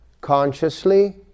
Consciously